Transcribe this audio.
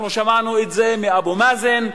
אנחנו שמענו את זה מאבו מאזן,